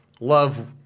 love